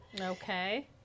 Okay